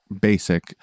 basic